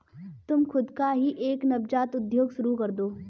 तुम खुद का ही एक नवजात उद्योग शुरू करदो